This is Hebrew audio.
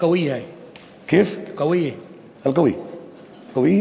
(אומר בשפה הערבית: משפט חזק.)